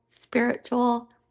spiritual